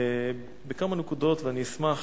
בכמה נקודות, ואני אשמח